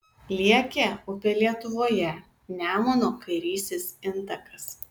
liekė upė lietuvoje nemuno kairysis intakas